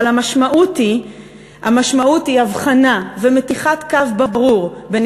אבל המשמעות היא הבחנה ומתיחת קו ברור בין